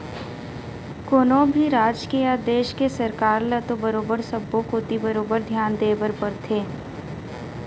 कोनो भी राज के या देश के सरकार ल तो बरोबर सब्बो कोती बरोबर धियान देय बर परथे